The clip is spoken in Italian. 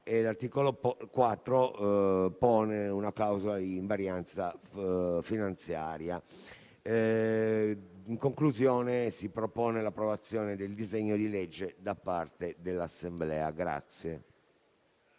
l'articolo 4 pone una clausola di invarianza finanziaria. In conclusione, si propone l'approvazione del disegno di legge da parte dell'Assemblea.